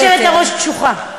גברתי היושבת-ראש קשוחה.